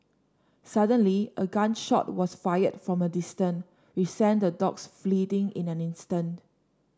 suddenly a gun shot was fired from a distance which sent the dogs fleeing in an instant